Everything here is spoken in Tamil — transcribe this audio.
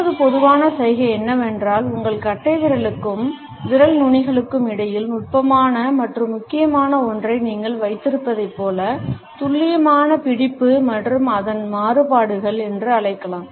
மற்றொரு பொதுவான சைகை என்னவென்றால் உங்கள் கட்டைவிரலுக்கும் விரல் நுனிகளுக்கும் இடையில் நுட்பமான மற்றும் முக்கியமான ஒன்றை நீங்கள் வைத்திருப்பதைப் போல துல்லியமான பிடிப்பு மற்றும் அதன் மாறுபாடுகள் என்று அழைக்கலாம்